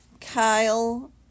Kyle